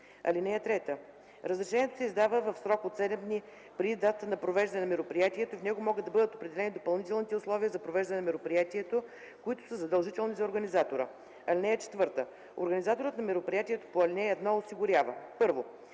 територията. (3) Разрешението се издава в срок до 7 дни преди датата на провеждане на мероприятието и в него могат да бъдат определени допълнителни условия за провеждане на мероприятието, които са задължителни за организатора. (4) Организаторът на мероприятието по ал. 1 осигурява: 1.